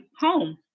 home